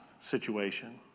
situation